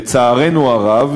לצערנו הרב,